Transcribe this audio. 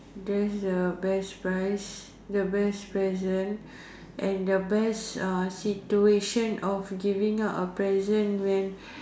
that's the best prize the best present and the best uh situation of giving out a present when